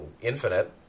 infinite